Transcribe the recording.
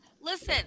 listen